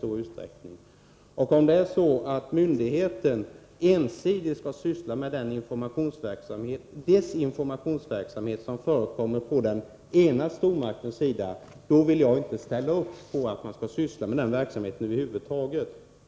Om myndigheten ensidigt skall syssla med den desinformationsverksamhet som förekommer på den ena stormaktens sida, då vill jag inte ställa upp på att man skall syssla med den verksamheten över huvud taget.